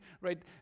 right